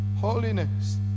holiness